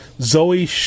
Zoe